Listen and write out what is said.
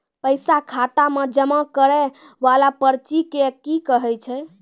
पैसा खाता मे जमा करैय वाला पर्ची के की कहेय छै?